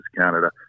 Canada